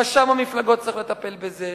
רשם המפלגות צריך לטפל בזה,